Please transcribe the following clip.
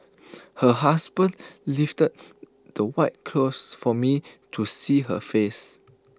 her husband lifted the white cloth for me to see her face